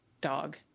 dog